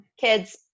kids